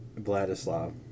Vladislav